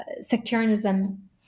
sectarianism